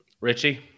Richie